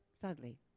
sadly